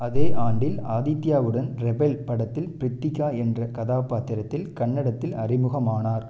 அதே ஆண்டில் ஆதித்யாவுடன் ரெபெல் படத்தில் ப்ரீத்திகா என்ற கதாபாத்திரத்தில் கன்னடத்தில் அறிமுகமானார்